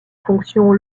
fonction